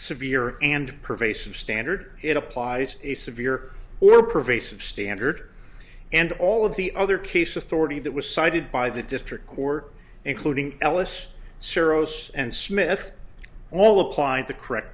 severe and pervasive standard it applies a severe or pervasive standard and all of the other cases thorny that was cited by the district court including ellis ciro us and smith all applying the correct